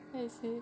I see